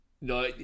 No